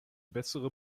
bessere